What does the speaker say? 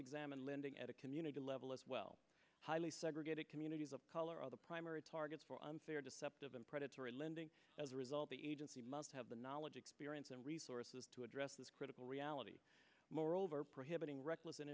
examine lending at a community level as well highly segregated communities of color are the primary targets for unfair deceptive and predatory lending as a result the agency must have the knowledge experience and resources to address this critical reality moreover prohibiting reck